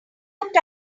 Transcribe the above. looked